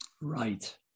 Right